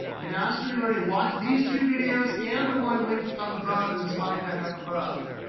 mastery learning, watch these two videos and the one linked up above in the slide deck up above.